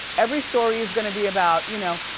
every story is gonna be about, you know,